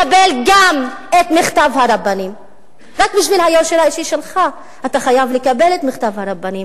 לחסום את ההתפתחות של הכפרים והערים במשולש ובגליל